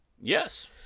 Yes